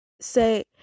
say